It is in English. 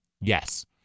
Yes